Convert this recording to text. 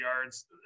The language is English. yards